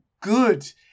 good